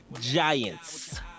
Giants